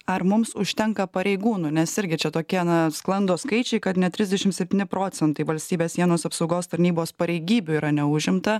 ar mums užtenka pareigūnų nes irgi čia tokie na sklando skaičiai kad net trisdešimt septyni procentai valstybės sienos apsaugos tarnybos pareigybių yra neužimta